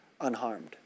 unharmed